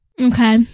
Okay